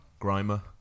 Grimer